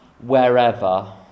wherever